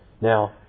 Now